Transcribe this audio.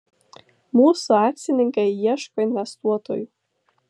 mūsų akcininkai ieško investuotojų